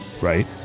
Right